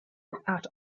without